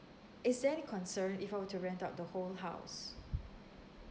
is there any concern if I want to rent out the whole house